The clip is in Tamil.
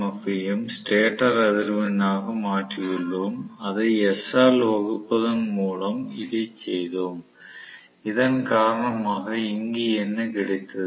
எஃப் ஐயும் ஸ்டேட்டர் அதிர்வெண்ணாக மாற்றியுள்ளோம் அதை s ஆல் வகுப்பதன் மூலம் இதை செய்தோம் இதன் காரணமாக இங்கு என்ன கிடைத்தது